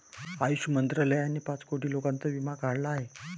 आयुष मंत्रालयाने पाच कोटी लोकांचा विमा काढला आहे